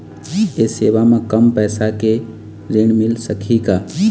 ये सेवा म कम पैसा के ऋण मिल सकही का?